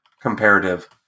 Comparative